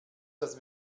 das